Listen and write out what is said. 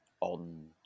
on